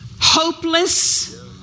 hopeless